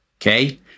okay